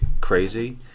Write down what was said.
crazy